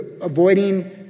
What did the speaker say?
avoiding